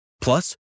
Plus